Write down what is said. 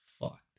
fucked